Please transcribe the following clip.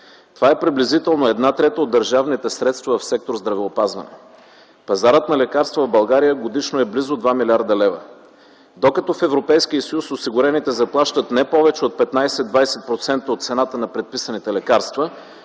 Това е приблизително една трета от държавните средства в сектор „Здравеопазване”. Пазарът на лекарства в България годишно е близо 2 млрд. лв., докато в Европейския съюз осигурените заплащат не повече от 15-20% от цената на предписаните лекарства,